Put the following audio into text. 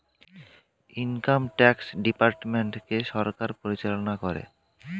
income tax ডিপার্টমেন্টকে সরকার পরিচালনা করে